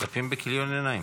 מצפים בכיליון עיניים.